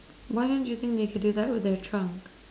why don't you think they can do that with their trunks